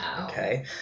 Okay